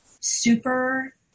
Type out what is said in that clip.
super